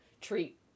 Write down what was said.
treat